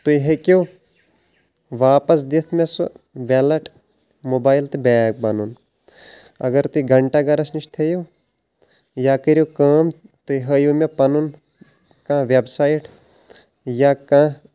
تُہۍ ہیٚکِو واپس دِتھ مےٚ سُہ ویٚلٹ موبایل تہٕ بیگ پنُن اگر تُہۍ گنٹہ گرس نِش تھأیو یا کٔرو کأم تُہۍ ہایو مےٚ پنُن کانٛہہ ویٚبسایٹ یا کانٛہہ